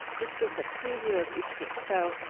this gives a preview of each week's show,